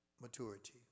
maturity